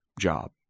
job